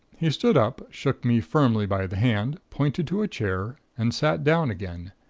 he stood up, shook me firmly by the hand, pointed to a chair, and sat down again,